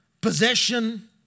possession